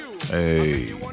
hey